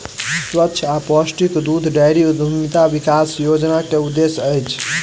स्वच्छ आ पौष्टिक दूध डेयरी उद्यमिता विकास योजना के उद्देश्य अछि